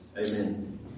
Amen